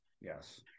yes